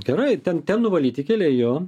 gerai ten ten nuvalyti keliai jo